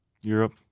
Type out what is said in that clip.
Europe